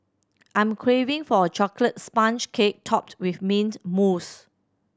I'm craving for a chocolate sponge cake topped with mint mousse